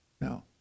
No